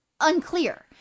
unclear